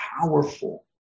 powerful